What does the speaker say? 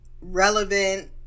relevant